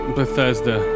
Bethesda